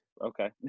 Okay